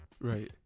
Right